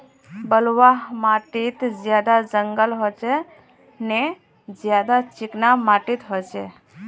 बलवाह माटित ज्यादा जंगल होचे ने ज्यादा चिकना माटित होचए?